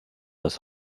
das